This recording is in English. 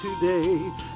today